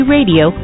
Radio